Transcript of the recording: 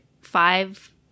five